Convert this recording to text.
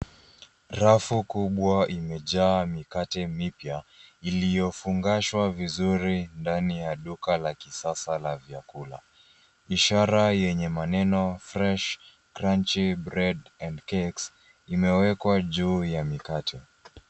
Rafu kubwa imejaa mikate mipya iliyofungashwa vizuri ndani ya duka la kisasa la vyakula. Ishara yenye maneno Fresh, Crunchy Bread and Cakes imewekwa juu ya mikate.